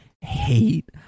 hate